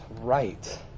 right